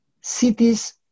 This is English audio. cities